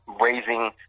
raising